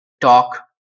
talk